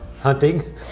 Hunting